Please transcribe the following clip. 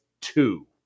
two